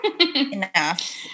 Enough